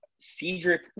Cedric